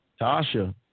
Tasha